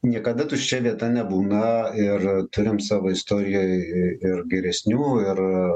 niekada tuščia vieta nebūna ir turim savo istorijoj ir geresnių ir